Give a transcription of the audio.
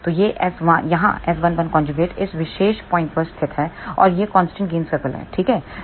तो यहाँ S11 इस विशेष पॉइंट पर स्थित है और ये कांस्टेंट गेन सर्कल हैं ठीक है